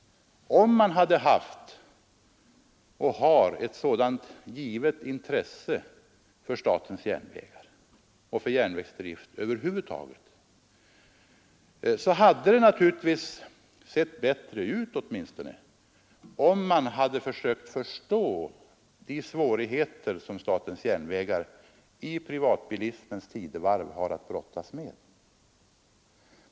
Om man hade haft och har ett sådant självklart intresse för statens järnvägar och för järnvägsdrift över huvud taget, hade det naturligtvis åtminstone sett bättre ut, om man hade försökt förstå de svårigheter som statens järnvägar i privatbilismens tidevarv har att brottas med.